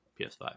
PS5